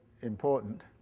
important